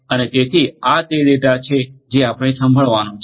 અને તેથી આ તે ડેટા છે જે આપણે સંભાળવાનો છે